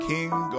King